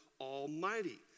Almighty